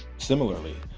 similarly,